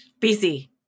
BC